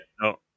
No